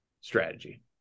strategy